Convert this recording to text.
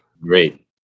Great